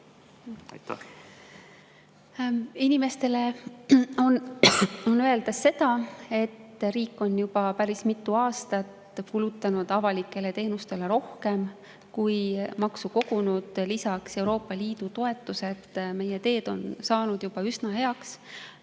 kohta? Inimestele on öelda seda, et riik on juba päris mitu aastat kulutanud avalikele teenustele rohkem, kui maksu kogunud. Lisaks Euroopa Liidu toetused. Meie teed on saanud juba üsna heaks.